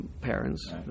parents